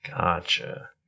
Gotcha